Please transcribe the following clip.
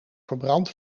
verbrand